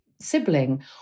sibling